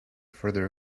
further